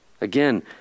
Again